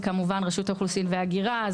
רשות האוכלוסין וההגירה,